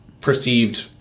perceived